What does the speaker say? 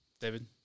David